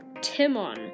Timon